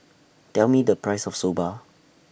Tell Me The Price of Soba